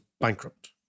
bankrupt